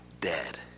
dead